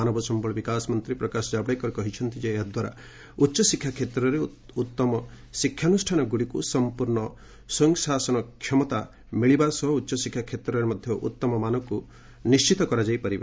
ମାନବ ସମ୍ଭଳ ବିକାଶ ମନ୍ତ୍ରୀ ପ୍ରକାଶ ଜାବଡ୍ଡେକର କହିଛନ୍ତି ଯେ ଏହା ଦ୍ୱାରା ଉଚ୍ଚଶିକ୍ଷା କ୍ଷେତ୍ରରେ ଉତ୍ତମ ଶିକ୍ଷାନ୍ଧଷ୍ଠାନଗ୍ରଡ଼ିକ୍ ସଂପୂର୍ଣ୍ଣ ସଂଶୋଧନ କ୍ଷମତା ମିଳିବା ସହ ଉଚ୍ଚଶିକ୍ଷା କ୍ଷେତ୍ର ମଧ୍ୟ ଉତ୍ତମ ମାନକୁ ନିଶ୍ଚିତ କରାଯାଇପାରିବ